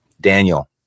daniel